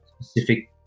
Specific